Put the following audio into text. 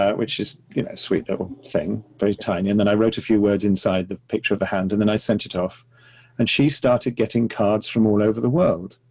ah which is, you know, sweet little ah thing, very tiny. and then i wrote a few words inside the picture of the hand, and then i sent it off and she started getting cards from all over the world.